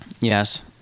Yes